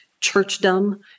churchdom